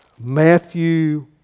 Matthew